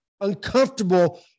uncomfortable